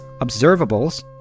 Observables